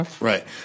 Right